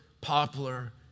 poplar